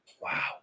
Wow